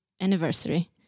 anniversary